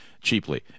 cheaply